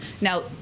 now